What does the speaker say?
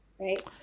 Right